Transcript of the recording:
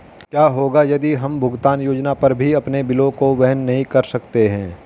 क्या होगा यदि हम भुगतान योजना पर भी अपने बिलों को वहन नहीं कर सकते हैं?